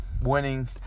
winning